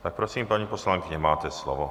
Tak prosím, paní poslankyně, máte slovo.